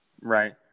Right